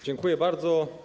Dziękuję bardzo.